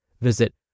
Visit